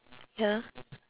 ya